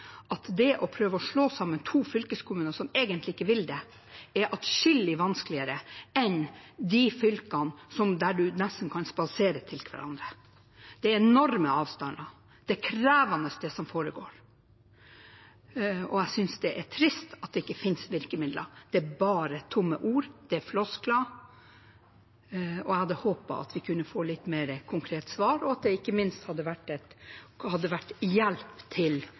at det å prøve å slå sammen to fylkeskommuner som egentlig ikke vil det, er adskillig vanskeligere enn for fylker der man nesten kan spasere til hverandre. Det er enorme avstander. Det er krevende det som foregår, og jeg synes det er trist at det ikke finnes virkemidler, bare tomme ord og floskler. Jeg hadde håpet vi kunne fått litt mer konkrete svar, og ikke minst hjelp i den situasjonen som Øst-Finnmark og Vadsø er oppe i. Vi ser fram til